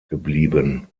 geblieben